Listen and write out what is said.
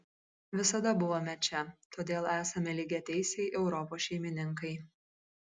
visada buvome čia todėl esame lygiateisiai europos šeimininkai